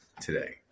today